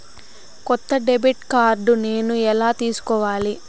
కొత్త debit card నేను ఎలా తీసుకోవాలి?